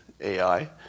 AI